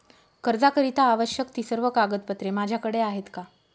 कर्जाकरीता आवश्यक ति सर्व कागदपत्रे माझ्याकडे आहेत का?